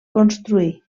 construí